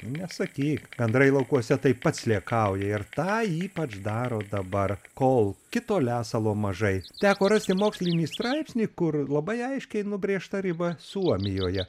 nesakyk gandrai laukuose taip pat sliekauja ir tą ypač daro dabar kol kito lesalo mažai teko rasti mokslinį straipsnį kur labai aiškiai nubrėžta riba suomijoje